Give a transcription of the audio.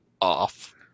off